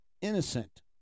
innocent